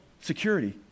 security